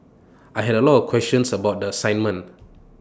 I had A lot of questions about the assignment